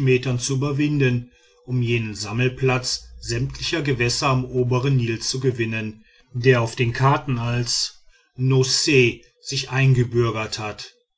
metern zu überwinden um jenen sammelplatz sämtlicher gewässer im obern nil zu gewinnen der auf den karten als no see sich eingebürgert hat